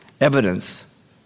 evidence